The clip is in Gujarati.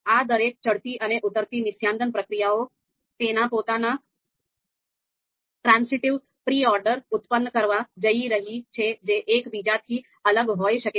આ દરેક ચડતી અને ઉતરતી નિસ્યંદન પ્રક્રિયાઓ તેના પોતાના ટ્રાન્ઝિટિવ પ્રી ઓર્ડર ઉત્પન્ન કરવા જઈ રહી છે જે એકબીજાથી અલગ હોઈ શકે છે